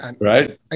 Right